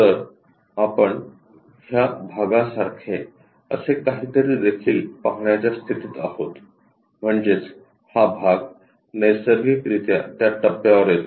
तर आपण ह्या भागासारखे असे काहीतरी देखील पाहण्याच्या स्थितीत आहोत म्हणजेच हा भाग नैसर्गिकरित्या त्या टप्प्यावर येतो